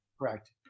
correct